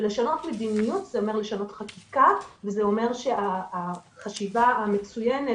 ולשנות מדיניות זה אומר לשנות חקיקה וזה אומר שהחשיבה המצוינת